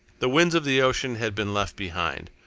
the winds of the ocean had been left behind.